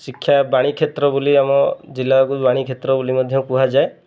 ଶିକ୍ଷା ବାଣୀ କ୍ଷେତ୍ର ବୋଲି ଆମ ଜିଲ୍ଲାକୁ ବାଣୀ କ୍ଷେତ୍ର ବୋଲି ମଧ୍ୟ କୁହାଯାଏ